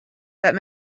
that